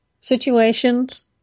situations